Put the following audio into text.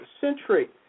century